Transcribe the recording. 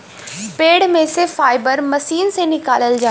पेड़ में से फाइबर मशीन से निकालल जाला